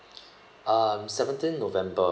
um seventeen november